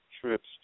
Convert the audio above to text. trips